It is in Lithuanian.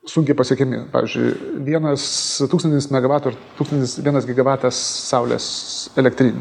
sunkiai pasiekiami pavyzdžiui vienas tūkstantis megavatų tūkstantis vienas gigavatas saulės elektrinių